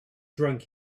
drunk